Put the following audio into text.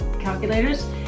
calculators